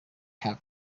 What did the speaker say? help